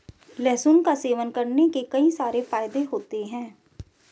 लहसुन का सेवन करने के कई सारे फायदे होते है